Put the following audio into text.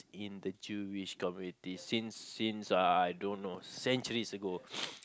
in the Jewish committee since I don't know centuries ago